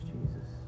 Jesus